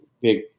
big